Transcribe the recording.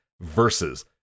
versus